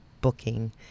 booking